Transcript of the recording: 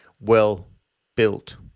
well-built